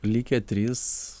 likę trys